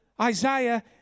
Isaiah